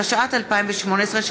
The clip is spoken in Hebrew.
התשע"ט 2018,